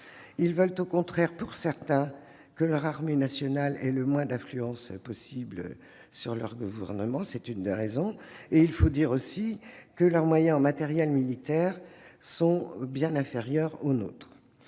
eux veulent au contraire que leur armée nationale ait le moins d'influence possible sur le gouvernement. Il faut dire aussi que leurs moyens en matériel militaire sont bien inférieurs aux nôtres.